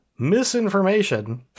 Misinformation